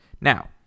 Now